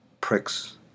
pricks